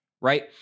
right